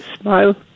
Smile